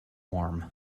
warm